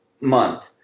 month